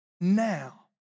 now